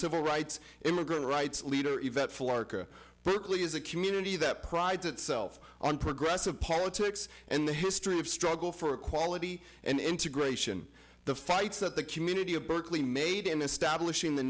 civil rights immigrant rights leader eventful arca berkeley is a community that prides itself on progressive politics and the history of struggle for equality and integration the fights at the community of berkeley made in establishing the